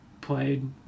played